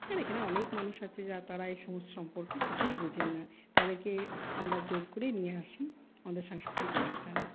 আর এখানে অনেক মানুষ আছে যা তারা এ সমস্ত সম্পর্কে কিছুই বোঝেননা তাদেরকে আমরা জোর করেই নিয়ে আসি আমাদের সাংস্কৃতিক অনুষ্ঠানে